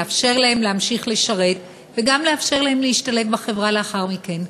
לאפשר להם להמשיך לשרת וגם לאפשר להם להשתלב בחברה לאחר מכן?